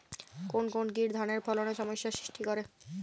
কোন কোন কীট ধানের ফলনে সমস্যা সৃষ্টি করে?